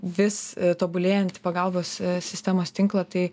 vis tobulėjantį pagalbos sistemos tinklą tai